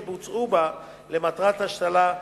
שבוצעה בה למטרת השתלה,